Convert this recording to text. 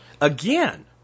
Again